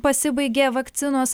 pasibaigė vakcinos